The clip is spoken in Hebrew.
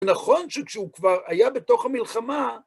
נכון שכשהוא כבר היה בתוך המלחמה...